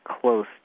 close